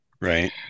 Right